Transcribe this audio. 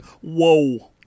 Whoa